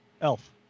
Elf